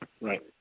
Right